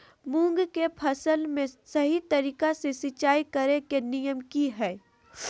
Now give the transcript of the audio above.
मूंग के फसल में सही तरीका से सिंचाई करें के नियम की हय?